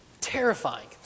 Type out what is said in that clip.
terrifying